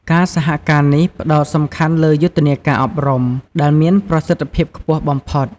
ការសហការនេះផ្តោតសំខាន់លើយុទ្ធនាការអប់រំ ដែលមានប្រសិទ្ធភាពខ្ពស់បំផុត។